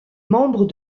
membre